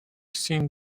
seen